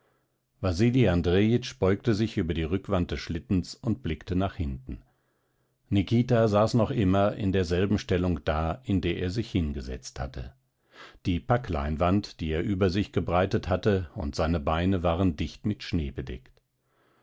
andrejitsch beugte sich über die rückwand des schlittens und blickte nach hinten nikita saß noch immer in derselben stellung da in der er sich hingesetzt hatte die packleinwand die er über sich gebreitet hatte und seine beine waren dicht mit schnee bedeckt